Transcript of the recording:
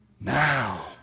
Now